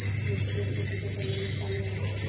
मिश्रित खेती से कौनो नुकसान वा?